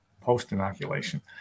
post-inoculation